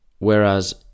Whereas